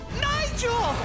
Nigel